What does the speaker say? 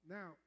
Now